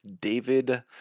David